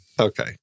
Okay